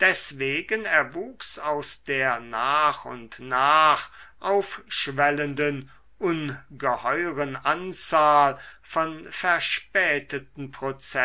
deswegen erwuchs aus der nach und nach aufschwellenden ungeheuren anzahl von verspäteten